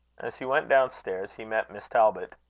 as he went down stairs, he met miss talbot.